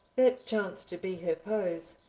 that chanced to be her pose,